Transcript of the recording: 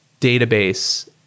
database